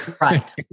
Right